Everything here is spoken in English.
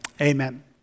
amen